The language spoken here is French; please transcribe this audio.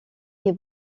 des